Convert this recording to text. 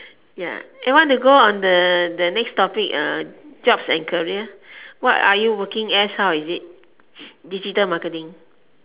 ya want to go on the the next topic jobs and career what are you working as how is it digital marketing